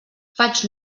faig